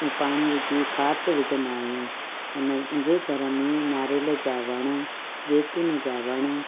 ऐं पाणी विझी खाद विझंदा आहियूं उन मुंहिंजे घर में नारेल जा वण जैतून जा वण